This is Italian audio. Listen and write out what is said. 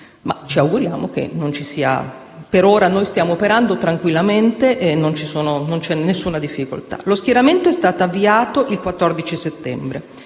Ci auguriamo che non ve ne sia bisogno. Per ora stiamo operando tranquillamente e non c'è nessuna difficoltà. Lo schieramento è stato avviato il 14 settembre